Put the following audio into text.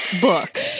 book